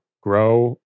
grow